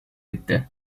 etti